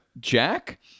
jack